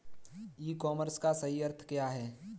ई commerce का सही अर्थ क्या है?